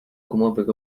gumowych